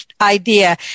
idea